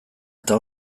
eta